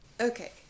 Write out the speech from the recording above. Okay